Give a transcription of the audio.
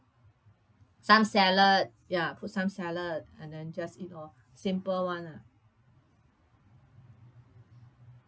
some salad ya put some salad and then just eat oh simple [one] lah